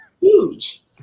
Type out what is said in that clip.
huge